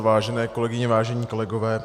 Vážené kolegyně, vážení kolegové.